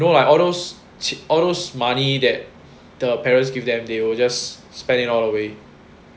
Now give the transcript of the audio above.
you know like all those all those money that the parents give them they will just spend it all the way